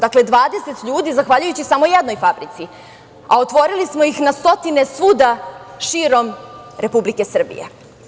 Dakle, 20 ljudi zahvaljujući samo jednoj fabrici, a otvorili smo ih na stotine svuda širom Republike Srbije.